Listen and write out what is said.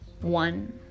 One